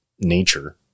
nature